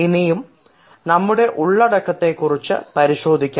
ഇനിയും നമ്മുടെ ഉള്ളടക്കത്തെക്കുറിച്ച് പരിശോധിക്കാം